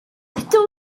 ydw